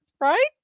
right